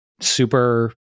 super